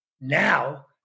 Now